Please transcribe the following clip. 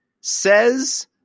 says